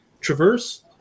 Traverse